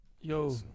Yo